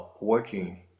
working